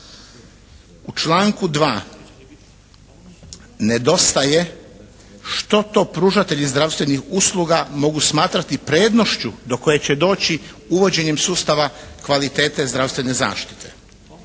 U članku 2. nedostaje što to pružatelji zdravstvenih usluga mogu smatrati prednošću do koje će doći uvođenjem sustava kvalitete zdravstvene zaštite.